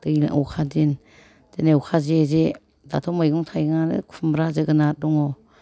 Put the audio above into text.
दैलां अखा दिन बिदिनो अखा जे जे दाथ' मैगं थाइगंआनो खुमब्रा जोगोनार दङ